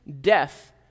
death